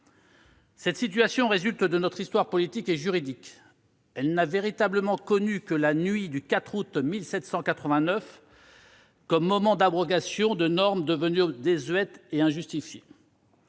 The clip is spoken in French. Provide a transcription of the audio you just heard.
Cette situation résulte de notre histoire politique et juridique. Elle n'a véritablement connu que la nuit du 4 août 1789 comme moment d'abrogation de normes devenues désuètes et injustifiées